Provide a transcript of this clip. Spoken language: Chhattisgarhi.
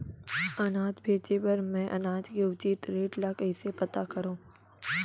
अनाज बेचे बर मैं अनाज के उचित रेट ल कइसे पता करो?